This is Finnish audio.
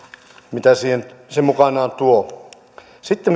mitä se mukanaan tuo sitten